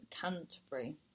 Canterbury